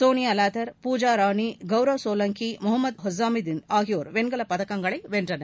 சோனியா லாதர் பூஜா ராணி கவுரவ் சோலங்கி முகமது ஹுசாமுதின் ஆகியோர் வெண்கல பதக்கங்களை வென்றனர்